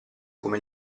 come